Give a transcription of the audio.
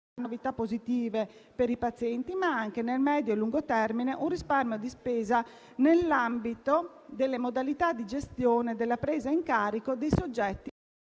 novità positive per i pazienti, ma anche, nel medio-lungo termine, un risparmio di spesa nell'ambito delle modalità di gestione della presa in carico dei soggetti